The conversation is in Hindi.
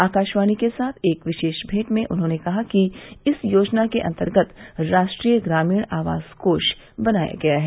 आकाशवाणी के साथ एक विशेष मेंट में उन्होंने कहा कि इस योजना के अंतर्गत राष्ट्रीय ग्रामीण आवास कोष बनाया गया है